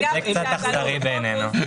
אדוני היושב-ראש.